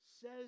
says